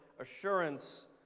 assurance